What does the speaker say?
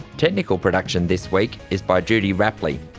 technical production this week is by judy rapley,